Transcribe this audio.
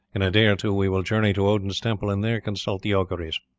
in a day or two we will journey to odin's temple and there consult the auguries.